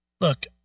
Look